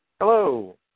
Hello